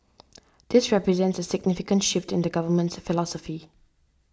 this represents significant shift in the Government's philosophy